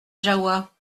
jahoua